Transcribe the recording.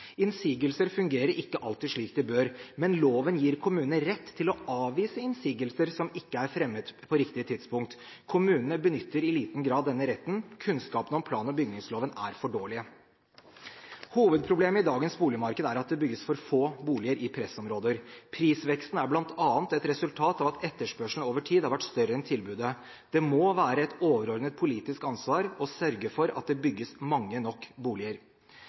Innsigelser fungerer ikke alltid slik de bør, men loven gir kommunene rett til å avvise innsigelser som ikke er fremmet på riktig tidspunkt. Kommunene benytter i liten grad denne retten, kunnskapen om plan- og bygningsloven er for dårlig. Hovedproblemet i dagens boligmarked er at det bygges for få boliger i pressområder. Prisveksten er bl.a. et resultat av at etterspørselen over tid har vært større enn tilbudet. Det må være et overordnet politisk ansvar å sørge for at det bygges mange nok boliger.